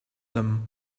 them